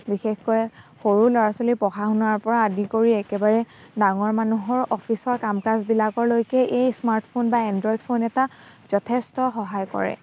বিশেষকৈ সৰু ল'ৰা ছোৱালীৰ পঢ়া শুনাৰ পৰা আদি কৰি একেবাৰে ডাঙৰ মানুহৰ অফিচৰ কাম কাজবিলাকলৈকে এই স্মাৰ্টফোন বা এণ্ড্ৰইড ফোন এটা যথেষ্ট সহায় কৰে